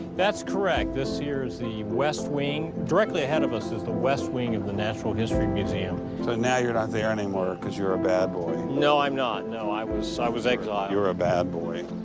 that's correct. this here is the west wing. directly ahead of us is the west wing of the natural history museum. so now you're not there anymore because you were a bad boy. no, i'm not. no, i was i was exiled. you were a bad boy.